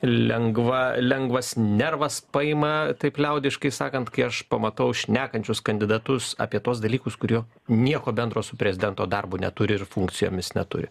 lengva lengvas nervas paima taip liaudiškai sakant kai aš pamatau šnekančius kandidatus apie tuos dalykus kurių nieko bendro su prezidento darbu neturi ir funkcijomis neturi